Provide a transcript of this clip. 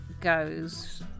goes